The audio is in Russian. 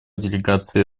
делегации